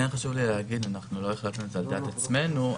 חשוב לי להגיד שלא החלפנו את זה על דעת עצמנו.